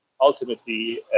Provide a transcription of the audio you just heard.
ultimately